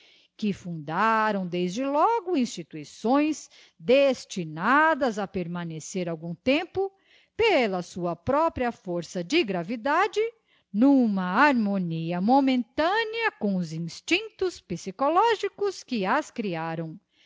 que fundaram desde logo instituições destinadas a permanecer algum tempo pela sua própria força de gravidade n'uma harmonia momentânea com os instinctos psychologicos que as crearam